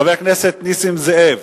חבר הכנסת נסים זאב,